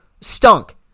stunk